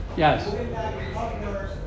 Yes